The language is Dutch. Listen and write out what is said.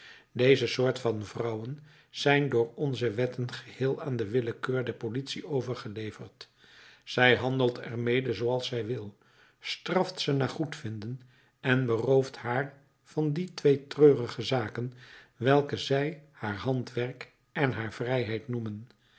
deze soort van vrouwen zijn door onze wetten geheel aan de willekeur der politie overgeleverd zij handelt er mede zooals zij wil straft ze naar goedvinden en berooft haar van die twee treurige zaken welke zij haar handwerk en haar vrijheid noemen